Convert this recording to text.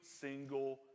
single